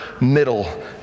middle